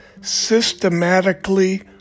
systematically